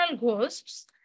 ghosts